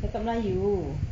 cakap melayu